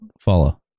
follow-